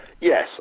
Yes